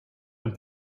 and